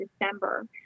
December